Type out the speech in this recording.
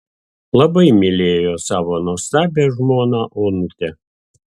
labai mylėjo savo nuostabią žmoną onutę